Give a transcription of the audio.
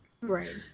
right